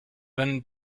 van